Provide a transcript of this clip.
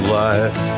life